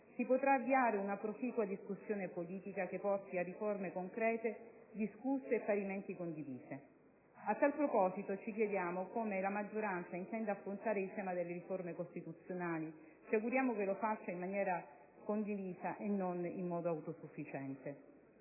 si potrà avviare una proficua discussione politica, che porti a riforme concrete discusse e parimenti condivise. A tal proposito, ci chiediamo come la maggioranza intenda affrontare il tema delle riforme costituzionali. Ci auguriamo che lo faccia in maniera condivisa e non in modo autosufficiente.